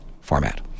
format